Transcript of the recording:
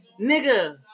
nigga